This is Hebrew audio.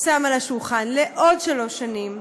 שם על השולחן לעוד שלוש שנים.